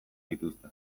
dituzte